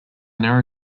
narrow